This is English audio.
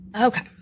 Okay